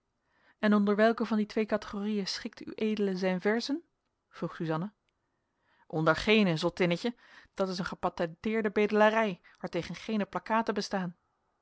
en onder welke van die twee categorieën schikt ued zijn verzen vroeg suzanna onder geene zottinnetje dat is een gepatenteerde bedelarij waartegen geene plakkaten bestaan